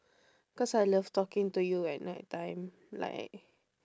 cause I love talking to you at night time like